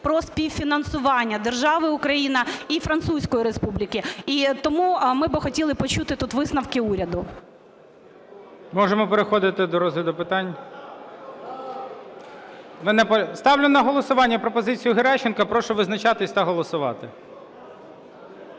про співфінансування держави Україна і Французької Республіки. І тому ми би хотіли почути тут висновки уряду. ГОЛОВУЮЧИЙ. Можемо переходити до розгляду питань? Ставлю на голосування пропозицію Геращенко. Прошу визначатися та голосувати.